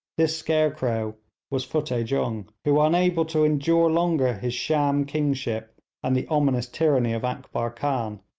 this scarecrow was futteh jung, who, unable to endure longer his sham kingship and the ominous tyranny of akbar khan,